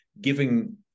giving